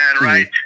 right